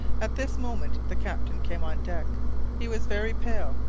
at this moment the captain came on deck he was very pale,